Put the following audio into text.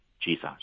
jesus